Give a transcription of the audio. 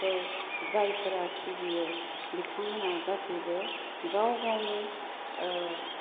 खौ जायफोरा सिबियो बिथांमोना गासिबो गाव गावनि